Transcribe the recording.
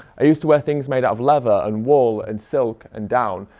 i used to wear things made out of leather and wool and silk and down.